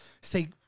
say